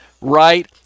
right